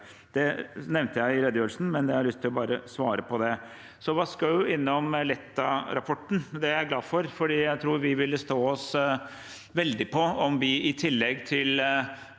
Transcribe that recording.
Det nevnte jeg i redegjørelsen, men jeg hadde bare lyst til å svare på det. Så var Schie Schou innom Letta-rapporten. Det er jeg glad for, for jeg tror vi ville stå oss veldig på om vi i tillegg til